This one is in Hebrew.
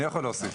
אני יכול להוסיף,